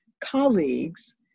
colleagues